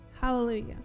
Hallelujah